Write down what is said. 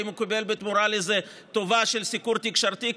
האם הוא קיבל בתמורה לזה טובה של סיקור תקשורתי,